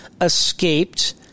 escaped